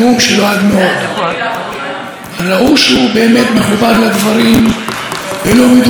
נתניהו דיבר מדם ליבו על בתי כנסת והחיבור לרגש,